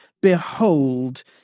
behold